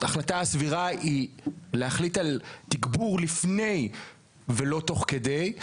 ההחלטה הסבירה היא להחליט על תגבור לפני ולא תוך כדי.